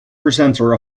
presenter